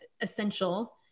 essential